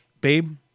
babe